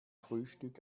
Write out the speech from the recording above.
frühstück